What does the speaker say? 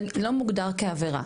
"לא מוגדר כעבירה".